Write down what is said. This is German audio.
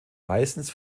meistens